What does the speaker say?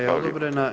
je odobrena.